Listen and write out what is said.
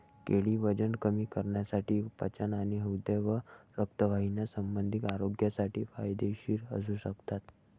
केळी वजन कमी करण्यासाठी, पचन आणि हृदय व रक्तवाहिन्यासंबंधी आरोग्यासाठी फायदेशीर असू शकतात